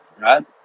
right